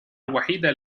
الوحيدة